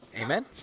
Amen